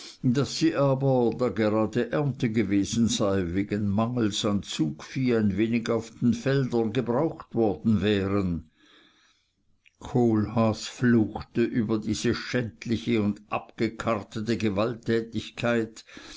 daß sie aber da gerade ernte gewesen sei wegen mangels an zugvieh ein wenig auf den feldern gebraucht worden wären kohlhaas fluchte über diese schändliche und abgekartete gewalttätigkeit